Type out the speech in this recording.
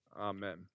Amen